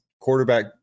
quarterback